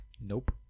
Nope